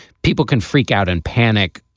people can freak out and panic,